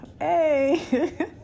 hey